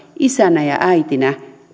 isänä ja äitinä